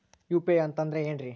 UPI ಅಂತಂದ್ರೆ ಏನ್ರೀ?